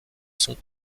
sont